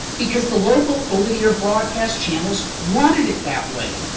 because the local over-the-air broadcast channels wanted it that way.